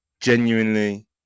genuinely